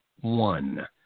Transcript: one